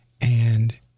And-